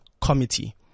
Committee